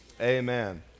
amen